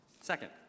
Second